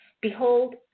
Behold